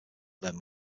learn